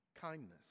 kindness